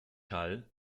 hall